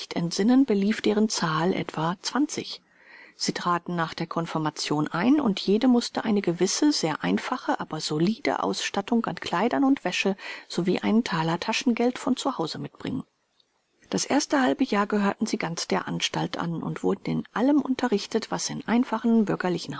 entsinnen belief deren zahl etwa zwanzig sie traten nach der konfirmation ein und jede mußte eine gewisse sehr einfache aber solide ausstattung an kleidern und wäsche sowie einen thaler taschengeld von zu hause mitbringen das erste halbe jahr gehörten sie ganz der anstalt an und wurden in allem unterrichtet was in einfachen bürgerlichen